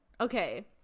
Okay